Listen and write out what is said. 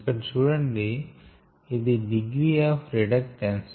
ఇక్కడ చూడండి ఇది డిగ్రీ ఆఫ్ రిడక్టన్స్